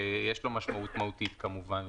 שיש לו משמעות מהותית כמובן,